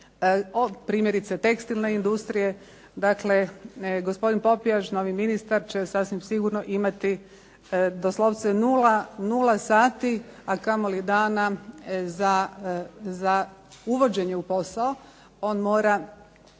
Primjerice tekstilne industrije. Dakle, gospodin Popijač novi ministar će sasvim sigurno imati doslovce nula sati, a kamoli uvođenja u posao. On mora